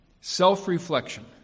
self-reflection